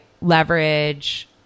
leverage